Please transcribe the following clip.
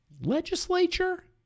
Legislature